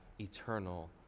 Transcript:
eternal